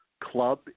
club